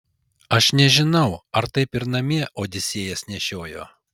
aš nežinau ar taip ir namie odisėjas nešiojo